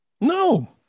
no